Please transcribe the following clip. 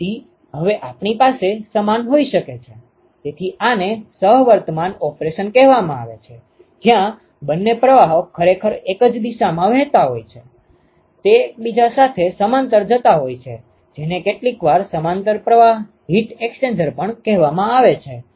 તેથી હવે આપણી પાસે સમાન હોઇ શકે તેથી આને સહ વર્તમાન ઓપરેશન કહેવામાં આવે છે જ્યાં બંને પ્રવાહો ખરેખર એક જ દિશામાં વહેતા હોય છે તે એકબીજા સાથે સમાંતર જતા હોય છે જેને કેટલીકવાર સમાંતર પ્રવાહ હીટ એક્સ્ચેન્જર પણ કહેવામાં આવે છે